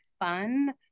fun